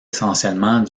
essentiellement